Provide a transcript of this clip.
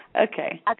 Okay